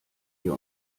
wir